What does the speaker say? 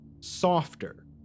softer